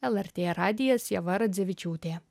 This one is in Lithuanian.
lrt radijas ieva radzevičiūtė